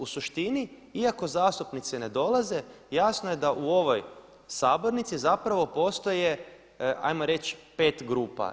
U suštini, iako zastupnici ne dolaze jasno je da u ovoj sabornici zapravo postoje 'ajmo reći pet grupa.